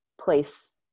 place